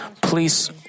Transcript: please